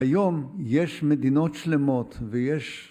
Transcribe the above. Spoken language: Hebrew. ‫היום יש מדינות שלמות ויש...